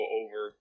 over